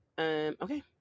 okay